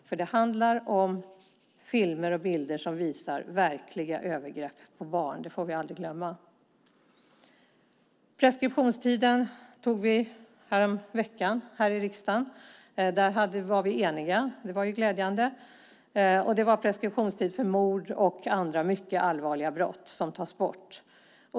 Det handlar om filmer och bilder som visar verkliga övergrepp på barn; det får vi aldrig glömma. Preskriptionstiden beslutade vi om här i riksdagen häromveckan. Där var vi eniga. Det är glädjande. Preskriptionstiden för mord och andra mycket allvarliga brott tas bort.